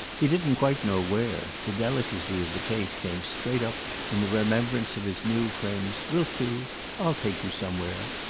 he didn't quite know where the delicacy of the case came straight up in the remembrance of his new friend's we'll see i'll take you somewhere!